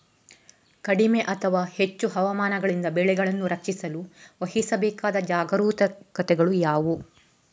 ಕಡಿಮೆ ಅಥವಾ ಹೆಚ್ಚು ಹವಾಮಾನಗಳಿಂದ ಬೆಳೆಗಳನ್ನು ರಕ್ಷಿಸಲು ವಹಿಸಬೇಕಾದ ಜಾಗರೂಕತೆಗಳು ಯಾವುವು?